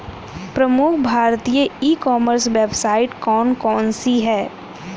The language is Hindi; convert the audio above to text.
प्रमुख भारतीय ई कॉमर्स वेबसाइट कौन कौन सी हैं?